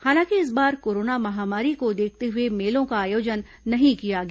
हालांकि इस बार कोरोना महामारी को देखते हुए मेलों का आयोजन नहीं किया गया